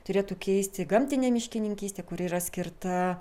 turėtų keisti gamtinė miškininkystė kur yra skirta